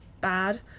bad